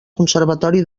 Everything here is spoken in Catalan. conservatori